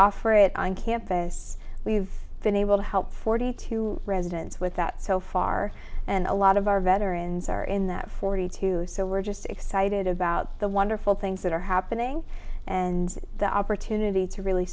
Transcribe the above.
offer it on campus we've been able to help forty two residents with that so far and a lot of our veterans are in that forty two so we're just excited about the wonderful things that are happening and the opportunity to really